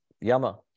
Yama